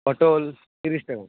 পটল তিরিশ টাকা